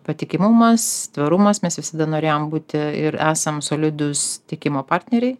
patikimumas tvarumas mes visada norėjom būti ir esam solidūs tiekimo partneriai